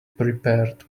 prepared